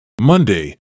Monday